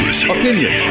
Opinion